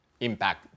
impact